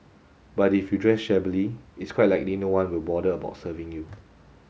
but if you dress shabbily it's quite likely no one will bother about serving you